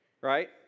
right